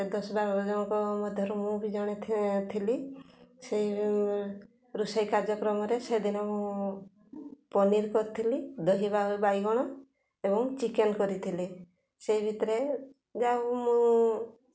ସେ ଦଶ ବାର ଜଣଙ୍କ ମଧ୍ୟରୁ ମୁଁ ବି ଜଣେ ଥିଲି ସେଇ ରୋଷେଇ କାର୍ଯ୍ୟକ୍ରମରେ ସେଦିନ ମୁଁ ପନିର୍ କରିଥିଲି ଦହିବ ବାଇଗଣ ଏବଂ ଚିକେନ୍ କରିଥିଲି ସେଇ ଭିତରେ ଯାଉ ମୁଁ